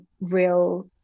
real